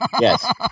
Yes